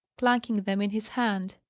clanking them in his hand.